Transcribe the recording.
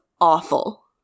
awful